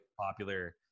popular